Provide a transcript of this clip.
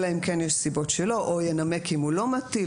אלא אם כן יש סיבות שלא או ינמק אם הוא לא מטיל,